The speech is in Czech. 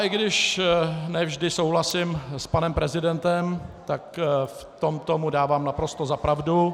I když ne vždy souhlasím s panem prezidentem, tak v tomto mu dávám naprosto za pravdu.